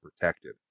protected